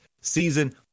season